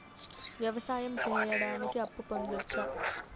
వ్యవసాయం సేయడానికి అప్పు పొందొచ్చా?